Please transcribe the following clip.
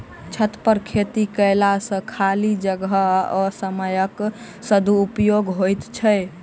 छतपर खेती कयला सॅ खाली जगह आ समयक सदुपयोग होइत छै